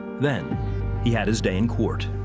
then he had his day in court.